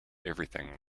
everything